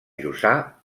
jussà